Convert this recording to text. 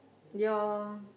your